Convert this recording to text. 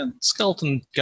skeleton